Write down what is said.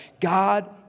God